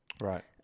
right